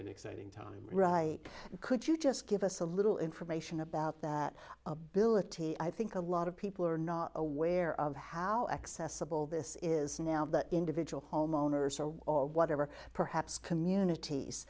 an exciting time right could you just give us a little information about that ability i think a lot of people are not aware of how accessible this is now that individual homeowners are all whatever perhaps communities